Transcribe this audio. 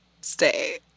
stay